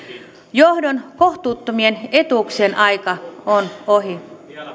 johdon kohtuuttomien etuuksien aika on ohi